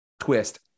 twist